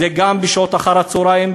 וגם בשעות אחר-הצהריים,